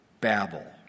Babel